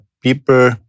people